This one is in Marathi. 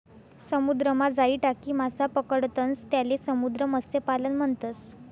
समुद्रमा जाई टाकी मासा पकडतंस त्याले समुद्र मत्स्यपालन म्हणतस